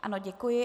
Ano, děkuji.